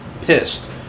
pissed